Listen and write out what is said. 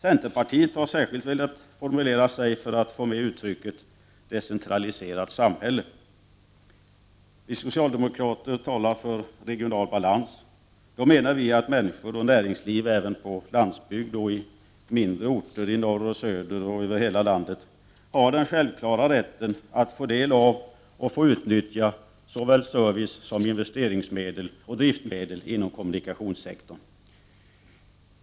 Centerpartiet har särskilt velat formulera sig för att få med uttrycket ”decentraliserat samhälle”. Vi socialdemokrater talar för regional balans. Då menar vi att människor och näringsliv även på landsbygd och i mindre orter i norr och söder och över hela landet har den självklara rätten att få del av och få utnyttja såväl service som investeringsmedel och driftmedel inom kommunikationssektorn.